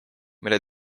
mille